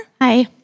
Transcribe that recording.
Hi